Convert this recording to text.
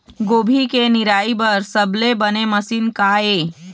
गोभी के निराई बर सबले बने मशीन का ये?